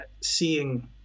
seeing